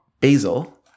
basil